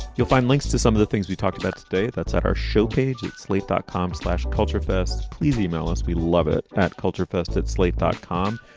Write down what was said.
you'll find links to some of the things we talked about today. that's at our show page at slate dot com slash culture fest. please e-mail us. we love it. at culture fest. at slate dot com.